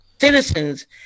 citizens